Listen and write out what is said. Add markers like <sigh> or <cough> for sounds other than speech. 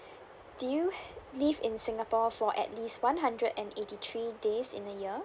do you <breath> live in singapore for at least one hundred and eighty three days in a year